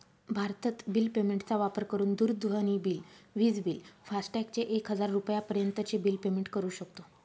भारतत bill payment चा वापर करून दूरध्वनी बिल, विज बिल, फास्टॅग चे एक हजार रुपयापर्यंत चे बिल पेमेंट करू शकतो